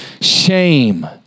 shame